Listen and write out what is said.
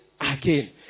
again